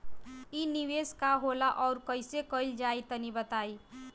इ निवेस का होला अउर कइसे कइल जाई तनि बताईं?